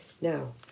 Now